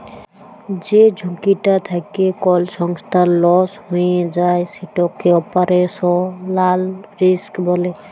যে ঝুঁকিটা থ্যাকে কল সংস্থার লস হঁয়ে যায় সেটকে অপারেশলাল রিস্ক ব্যলে